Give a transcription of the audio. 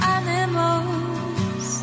animals